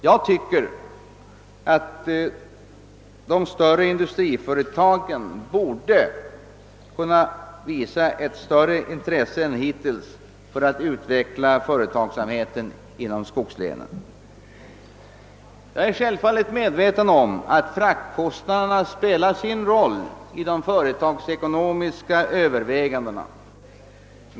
Jag tycker att de stora industriföretagen borde kunna visa ett större intresse än hittills för att utveckla företagsamheten inom skogslänen. Självfallet är jag medveten om att fraktkostnaderna spelar sin roll i de företagsekonomiska övervägandena.